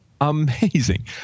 amazing